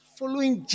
following